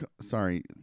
sorry